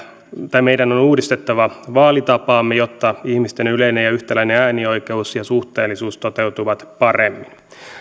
meidän on uudistettava vaalitapaamme jotta ihmisten yleinen ja yhtäläinen äänioikeus ja suhteellisuus toteutuvat paremmin